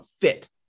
fit